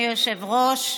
אדוני היושב-ראש,